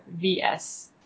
vs